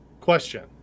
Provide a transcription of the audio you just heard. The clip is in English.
Question